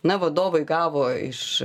na vadovai gavo iš